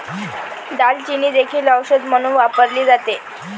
दालचिनी देखील औषध म्हणून वापरली जाते